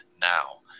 Now